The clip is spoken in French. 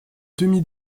demi